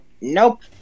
Nope